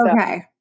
Okay